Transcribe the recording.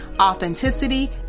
authenticity